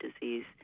disease